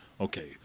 okay